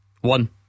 One